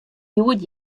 hjoed